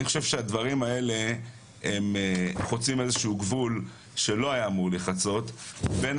אני חושב שהדברים האלה הם חוצים איזה שהוא גבול שלא היה אמור להיחצות בין